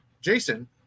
Jason